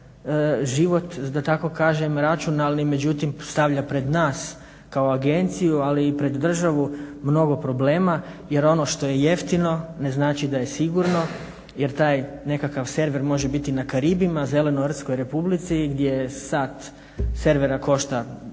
život, da tako kažem, računalnim. Međutim stavlja pred nas kao agenciju, ali i pred državu mnogo problema jer ono što je jeftino ne znači da je sigurno. Jer taj nekakav server može biti na Karibima, Zelenortskoj republici, gdje sat server košta 1